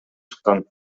чыккан